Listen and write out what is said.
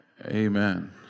Amen